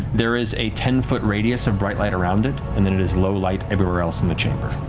there is a ten foot radius of bright light around it, and then it is low light everywhere else in the chamber.